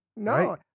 No